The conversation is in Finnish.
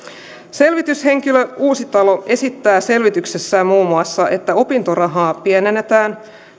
leikkauksia selvityshenkilö uusitalo esittää selvityksessään muun muassa että opintorahaa pienennetään